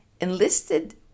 enlisted